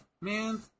Man